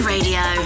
Radio